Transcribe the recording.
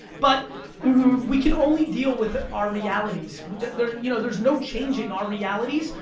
but we can only deal with our realities there's you know there's no changing our realities.